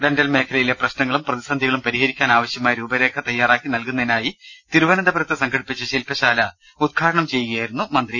dental മേഖലയിലെ പ്രശ്നങ്ങളും പ്രതിസന്ധികളും പരിഹരിക്കാനാവശ്യമായ രൂപരേഖ തയാ റാക്കി നൽകുന്നതിനായി തിരുവനന്തപുരത്ത് സംഘടിപ്പിച്ച ശില്പശാല ഉദ്ഘാടനം ചെയ്യുകയായിരുന്നു മന്ത്രി